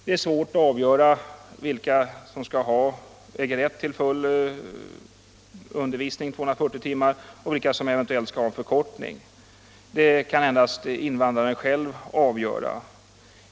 Det är svårt att avgöra vilka som äger rätt till 240 timmars undervisning och vilka som eventuellt skall ha en förkortad undervisning. Det kan endast invandraren själv avgöra.